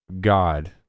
God